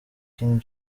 king